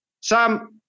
Sam